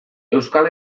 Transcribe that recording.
euskal